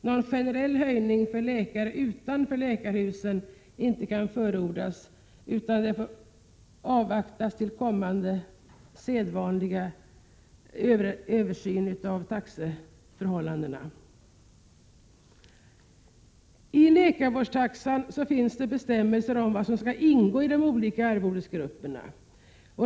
Någon generell höjning för läkare utanför läkarhus kan inte förordas. Man bör avvakta den sedvanliga bedömningen av taxeförhållandena. I läkarvårdstaxan finns bestämmelser om vad som skall ingå i de olika arvodesgrupperna.